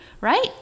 right